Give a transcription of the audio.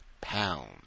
pound